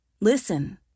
Listen